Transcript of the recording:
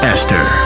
Esther